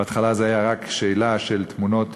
בהתחלה זה היה רק שאלה של תמונות